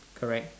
correct